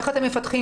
איך אתם מפתחים?